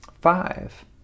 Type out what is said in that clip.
five